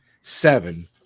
seven